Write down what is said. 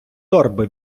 торби